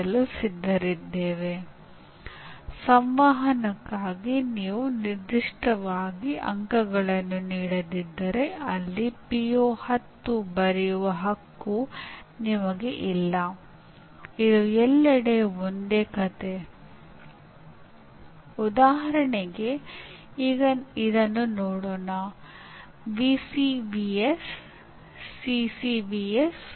ಈ ಸಮಸ್ಯೆಯನ್ನು ಪರಿಹರಿಸುವುದರಿಂದ ಅಥವಾ ಏನನ್ನಾದರೂ ಕಲಿಯುವುದರಿಂದ ಅವನು ನಿಜವಾಗಿಯೂ ಆಸಕ್ತಿ ಹೊಂದಿರುವ ವಿಷಯಗಳ ಸಾಧನೆಗೆ ಕಾರಣವಾಗಬಹುದು ಎಂದು ಅವನು ಭಾವಿಸಿರಬಹುದು